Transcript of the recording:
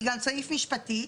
בגלל סעיף משפטי.